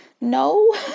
no